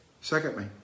Secondly